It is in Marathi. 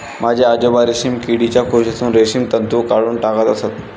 माझे आजोबा रेशीम किडीच्या कोशातून रेशीम तंतू काढून टाकत असत